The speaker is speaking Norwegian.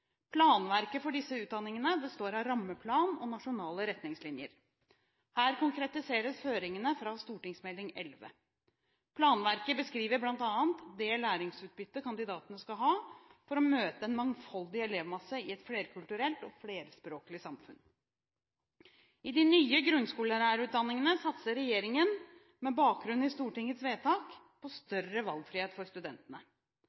Planverket for disse utdanningene består av rammeplan og nasjonale retningslinjer. Her konkretiseres føringene fra St.meld. nr. 11. Planverket beskriver bl.a. det læringsutbyttet kandidatene skal ha for å møte en mangfoldig elevmasse i et flerkulturelt og flerspråklig samfunn. I de nye grunnskolelærerutdanningene satser regjeringen, med bakgrunn i Stortingets vedtak, på